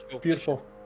beautiful